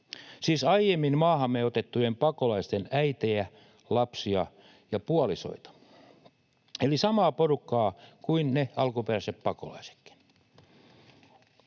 siis aiemmin maahamme otettujen pakolaisten äitejä, lapsia ja puolisoita eli samaa porukkaa kuin ne alkuperäiset pakolaisetkin.